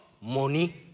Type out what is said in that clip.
money